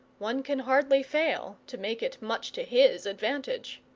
one can hardly fail to make it much to his advantage.